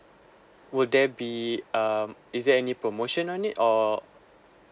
would there be um is there any promotion on it or